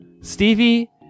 Stevie